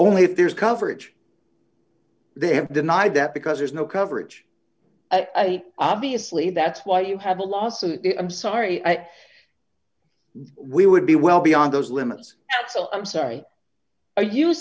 only if there's coverage they have denied that because there's no coverage i obviously that's why you have a lawsuit i'm sorry i we would be well beyond those limits excell i'm sorry are you